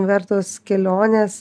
vertos kelionės